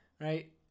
right